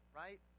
right